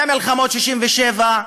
במלחמות 1967,